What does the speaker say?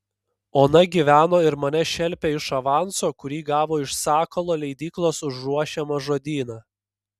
ona gyveno ir mane šelpė iš avanso kurį gavo iš sakalo leidyklos už ruošiamą žodyną